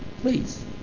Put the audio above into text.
Please